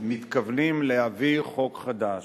מתכוונים להביא חוק חדש.